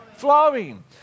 Flowing